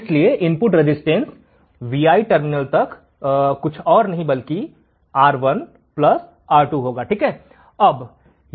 इसलिए input resistance Vi terminal तक कुछ और नहीं बल्कि R1 R2 होगा